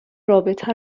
رابطه